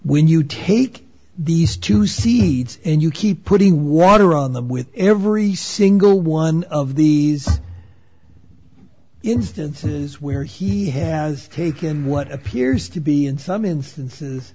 when you take these two seeds and you keep putting water on them with every single one of these instances where he has taken what appears to be in some instances